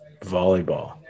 Volleyball